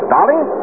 Darling